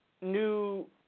new